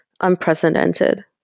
unprecedented